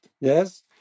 yes